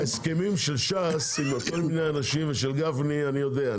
על ההסכמים של ש"ס עם כל מיני אנשים של גפני אני יודע,